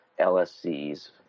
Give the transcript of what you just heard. LSCs